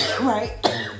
right